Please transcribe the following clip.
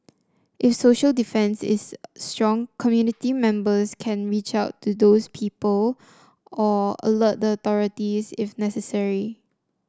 if social defence is strong community members can reach out to these people or alert the authorities if necessary